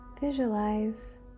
visualize